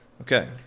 Okay